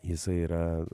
jisai yra